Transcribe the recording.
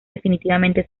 definitivamente